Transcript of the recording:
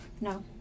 no